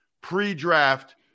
pre-draft